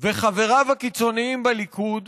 וחבריו הקיצונים בליכוד